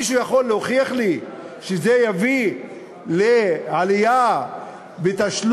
מישהו יכול להוכיח לי שהיא תביא לעלייה בתשלום?